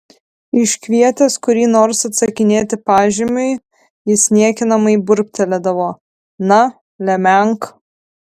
iškvietęs kurį nors atsakinėti pažymiui jis niekinamai burbteldavo na lemenk